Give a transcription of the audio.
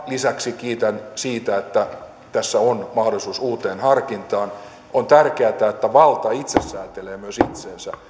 lisäksi kiitän siitä että tässä on mahdollisuus uuteen harkintaan on tärkeätä että valta itse säätelee myös itseänsä